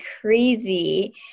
crazy